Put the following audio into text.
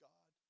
God